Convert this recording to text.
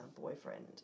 boyfriend